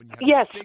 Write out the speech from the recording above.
Yes